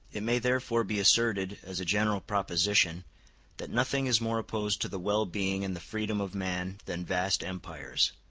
it may therefore be asserted as a general proposition that nothing is more opposed to the well-being and the freedom of man than vast empires.